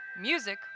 Music